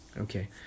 Okay